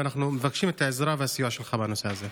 ואנחנו מבקשים את העזרה והסיוע שלך בנושא הזה.